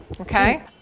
Okay